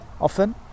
often